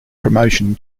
promotion